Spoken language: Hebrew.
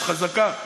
את חזקה.